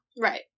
Right